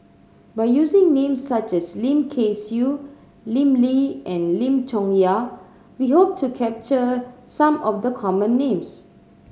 by using names such as Lim Kay Siu Lim Lee and Lim Chong Yah we hope to capture some of the common names